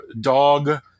dog